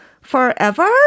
forever